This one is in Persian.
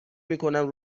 میکنم